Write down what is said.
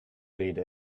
leader